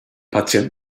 patient